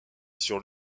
sur